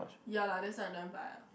ya lah that's why I never buy ah